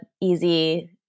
easy